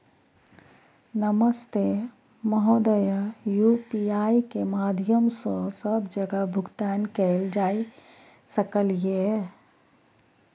नमस्ते महोदय, यु.पी.आई के माध्यम सं सब जगह भुगतान कैल जाए सकल ये?